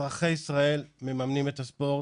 אזרחי ישראל מממנים את הספורט,